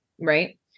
right